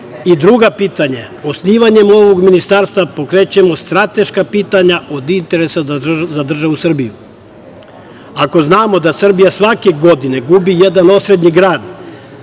i druga pitanje. Osnivanjem ovog ministarstva pokrećemo strateška pitanja od interesa za državu Srbiju. Ako znamo da Srbija sve godine gubi jedan osrednji grad